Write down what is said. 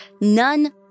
none